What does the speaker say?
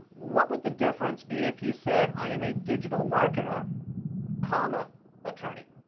what would the difference be if you said, i am a digital marketer comma attorney.